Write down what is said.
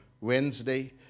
Wednesday